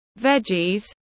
veggies